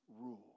rule